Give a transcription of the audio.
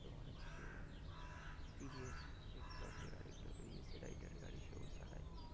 তোমার হচ্ছে কেউ টি ভি এস ভিক্টর যে গাড়িগুলো বেরিয়েছে রাইডার গাড়ি সেও চালায়